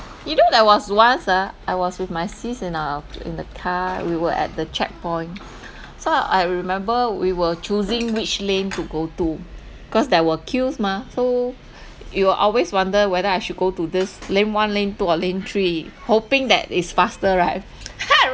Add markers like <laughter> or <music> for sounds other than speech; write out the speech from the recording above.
you know there was once ah I was with my sis in uh in the car we were at the checkpoint <noise> so I remember we were choosing which lane to go to cause there were queues mah so you will always wonder whether I should go to this lane one lane two or lane three hoping that is faster right <laughs> then I